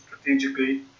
strategically